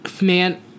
man